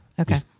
Okay